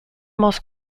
most